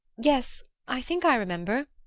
yes, i think i remember.